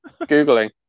googling